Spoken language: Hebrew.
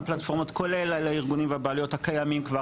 מגוון פלטפורמות כולל על הארגונים והבעלויות הקיימים כבר,